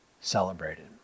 celebrated